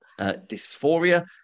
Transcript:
dysphoria